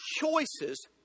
choices